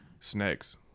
snacks